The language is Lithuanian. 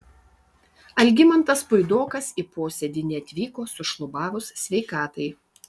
algimantas puidokas į posėdį neatvyko sušlubavus sveikatai